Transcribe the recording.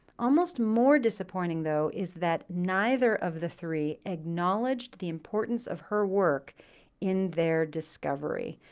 almost more disappointing, though, is that neither of the three acknowledged the importance of her work in their discovery,